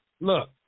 look